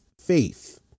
faith